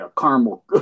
caramel